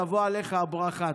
תבוא עליך הברכה.